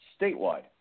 statewide